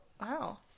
wow